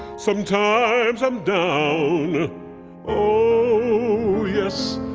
sometimes i'm down oh, yes,